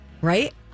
Right